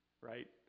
right